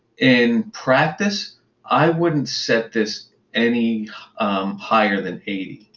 and practice i wouldn't set this any higher than eighty.